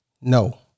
No